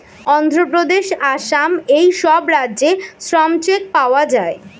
অন্ধ্রপ্রদেশ, আসাম এই সব রাজ্যে শ্রম চেক পাওয়া যায়